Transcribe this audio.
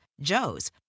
Joe's